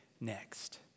next